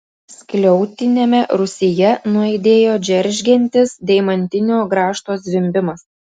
skliautiniame rūsyje nuaidėjo džeržgiantis deimantinio grąžto zvimbimas